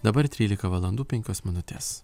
dabar trylika valandų penkios minutės